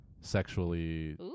sexually